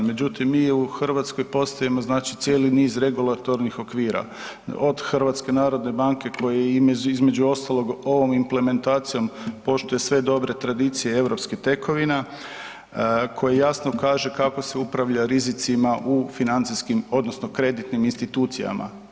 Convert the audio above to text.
Međutim, mi u Hrvatskoj postojimo znači cijeli niz regulatornih okvira, od HNB-a koja između ostalog ovom implementacijom poštuje sve dobre tradicije europskih tekovina koji jasno kaže kako se upravlja u rizicima u financijskim odnosno kreditnim institucijama.